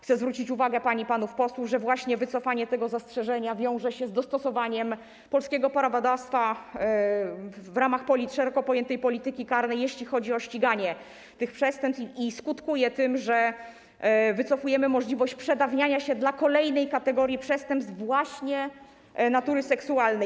Chcę zwrócić uwagę pań i panów posłów, że właśnie wycofanie tego zastrzeżenia wiąże się z dostosowaniem polskiego prawodawstwa w ramach szeroko pojętej polityki karnej, jeśli chodzi o ściganie tych przestępstw, i skutkuje tym, że wycofujemy możliwość przedawniania się dla kolejnej kategorii przestępstw, właśnie natury seksualnej.